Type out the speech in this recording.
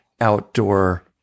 outdoor